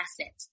asset